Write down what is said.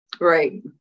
Right